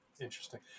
Interesting